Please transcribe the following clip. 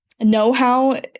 know-how